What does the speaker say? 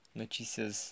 notícias